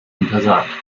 untersagt